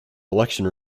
election